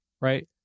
right